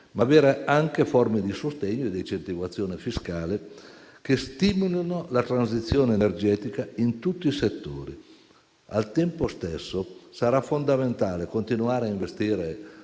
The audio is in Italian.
e avere anche forme di sostegno e di incentivazione fiscale che stimolino la transizione energetica in tutti i settori. Al tempo stesso, sarà fondamentale continuare a investire